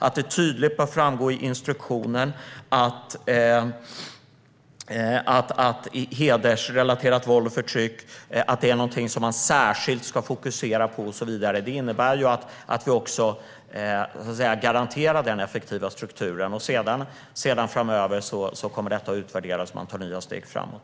Det bör tydligt framgå i instruktionen att hedersrelaterat våld och förtryck är något man särskilt ska fokusera på. Det innebär att vi också garanterar den effektiva strukturen. Framöver kommer sedan detta att utvärderas, och man tar nya steg framåt.